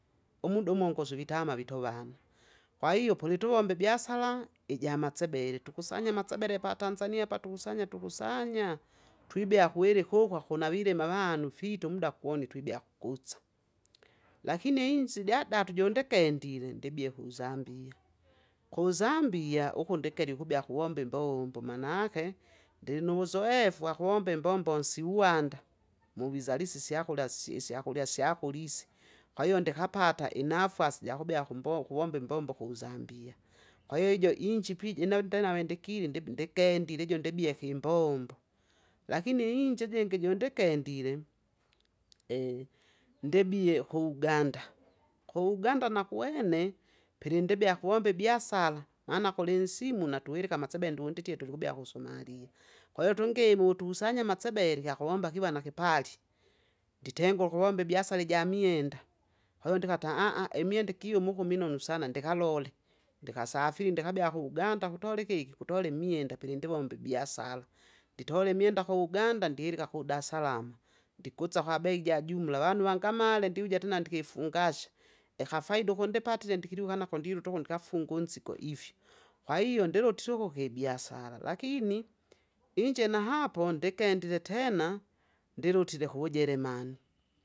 Umuda umongoso kitama vitovanu, kwahiyo pulituvombe ibiasaara ijamasebele tukusanye amasebele pa Tanzania apa tukusanye tukusanya, twibea kuwiri kukwa kunavilima avanu fita umda kuone twidia kukuta. Lakini inzi idyadatu jondekendile ndibie kuzambia kuzambia! ukundekelye ukubya kuwomba imbombo, maanake! ndilinuwuzoefu wakuvomba imbombo insiuwanda, muvuzalisa isyakurya si- isyakurya syakurya isi. Kwahiyo ndikapata inafasi jakubea kumbo kuvomba imbombo kuzambia, kwahiyo ijo inchipiji jinawe ndenawe ndekile ndimi ndikendile ijo ndibieke imbombo. Lakini iinchi ijingi jondiikendile, ndebie ku- Uganda, ku- Uganda nakwene! pilindibia kuwomba ibiasara maana kulinsimu natuilika amasebe ndu nditie tulikubea kusomalia. Kwahiyo tungimu tukusanya amasebele gwakuvomba kiva nakipali, nditengura ukuvomba ibiasara ijamwenda, kwahiyo ndikata imwenda igyumu uku minonu sana ndikalole, ndikasafiri ndikabea ku- Uganda kutola ikiki, kutola imwenda pilindivomba ibiasara. Nditole imwenda ku- Uganda ndilika ku- Dasalama, ndikusa kwa bei ja jumla avanu vangamale ndiuja tena ndikifungasha. Ikafaida ukundipatile ndikiliuka nako ndiluta ukundi kufunge unsigo ivi. Kwahiyo ndilutire uku kibyasara, lakini inje na hapo ndikendile tena! ndilutire kuvujeremani.